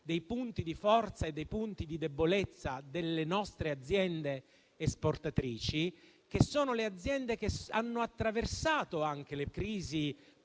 dei punti di forza e dei punti di debolezza delle nostre aziende esportatrici - che hanno attraversato anche le crisi